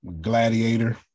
Gladiator